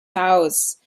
house